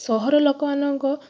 ସହର ଲୋକମାନଙ୍କ